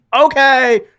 okay